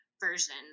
version